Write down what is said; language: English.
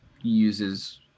uses